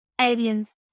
aliens